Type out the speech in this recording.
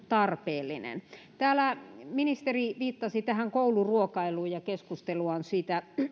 tarpeellinen täällä ministeri viittasi tähän kouluruokailuun ja keskustelua on